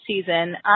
season